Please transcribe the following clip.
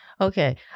Okay